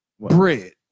Bread